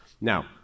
Now